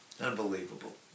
Unbelievable